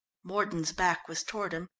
mordon's back was toward him.